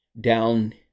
down